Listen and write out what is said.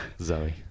Zoe